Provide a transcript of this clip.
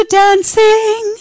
dancing